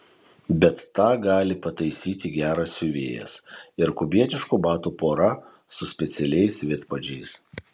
bet tą gali pataisyti geras siuvėjas ir kubietiškų batų pora su specialiais vidpadžiais